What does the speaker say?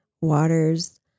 waters